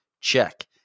check